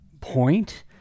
point